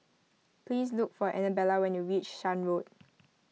please look for Annabella when you reach Shan Road